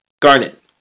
Garnet